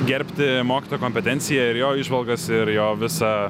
gerbti mokytojo kompetencija ir jo įžvalgas ir jo visą